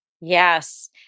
Yes